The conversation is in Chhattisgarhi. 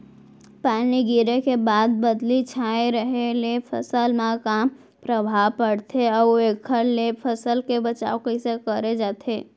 पानी गिरे के बाद बदली छाये रहे ले फसल मा का प्रभाव पड़थे अऊ एखर ले फसल के बचाव कइसे करे जाये?